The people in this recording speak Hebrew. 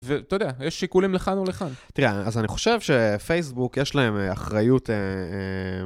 ואתה יודע, יש שיקולים לכאן ולכאן. תראה, אז אני חושב שפייסבוק, יש להם אחריות...